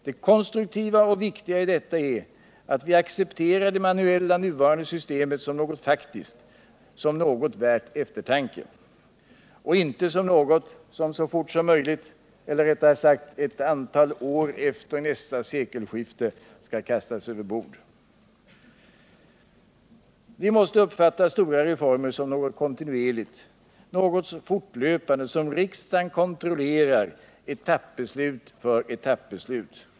Det konstruktiva och viktiga i detta är att vi accepterar det nuvarande manuella systemet som något faktiskt, som något värt eftertanke —och inte som något som så fort som möjligt, eller rättare sagt ett antal år efter nästa sekelskifte, skall kastas över bord. Vi måste uppfatta stora reformer som något kontinuerligt, något fortlöpande som riksdagen kontrollerar, etappbeslut för etappbeslut.